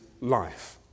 life